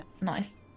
Nice